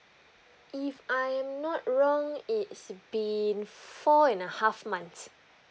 if I'm not wrong it's been four and a half months